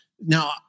Now